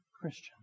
Christian